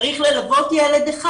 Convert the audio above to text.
צריך ללוות ילד אחד,